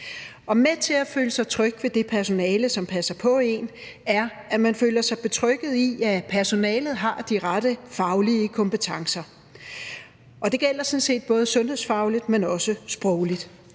Med til at føle sig tryg ved det personale, som passer på en, er, at man føler sig betrygget i, at personalet har de rette faglige kompetencer. Det gælder sådan set både sundhedsfagligt, men også sprogligt.